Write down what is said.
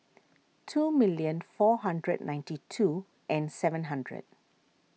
two million four hundred ninety two and seven hundred